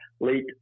late